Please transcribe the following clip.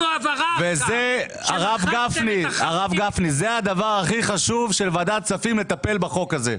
וזה הדבר הכי חשוב של ועדת כספים, לטפל בחוק הזה.